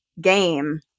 game